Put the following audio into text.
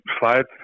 five